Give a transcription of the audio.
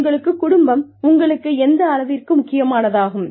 உங்கள் குடும்பம் உங்களுக்கு எந்தளவிற்கு முக்கியமானதாகும்